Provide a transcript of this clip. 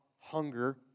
hunger